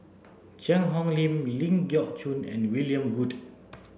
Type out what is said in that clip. Cheang Hong Lim Ling Geok Choon and William Goode